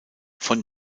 von